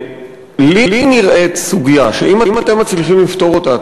לי היא נראית סוגיה שאם אתם מצליחים לפתור אותה,